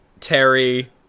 Terry